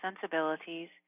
sensibilities